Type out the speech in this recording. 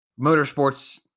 motorsports